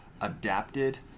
adapted